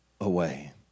away